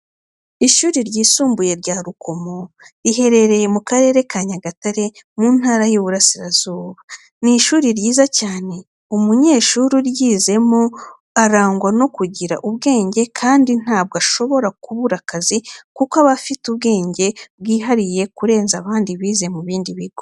Ishuri ryisumbuye rya Rukomo riherereye mu Karere ka Nyagatare mu Ntara y'Iburasirazuba. Ni ishuri ryiza cyane umunyeshuri uryizemo arangwa no kugira ubwenge kandi ntabwo ashobora kubura akazi kuko aba afite ubwenge bwihariye kurenza abandi bize mu bindi bigo.